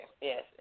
Yes